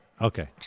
Okay